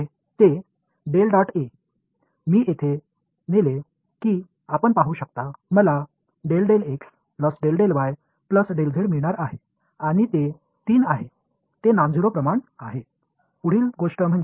நான் ∇·A ஐ எடுத்துக் கொண்டால் என்ன கிடைக்கும் என்று பார்த்தால் எனக்கு ∂∂x ∂∂y ∂z கிடைக்கும் மேலும் அது 3 க்கு சமமாக இருக்கும் இது ஒரு பூஜ்ஜியமற்ற அளவு ஆகும்